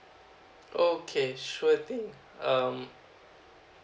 okay sure thing um